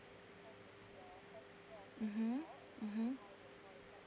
mmhmm mmhmm